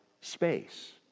space